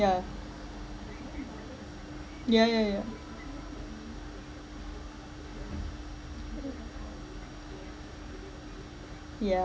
ya ya ya ya yeah